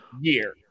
year